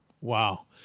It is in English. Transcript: Wow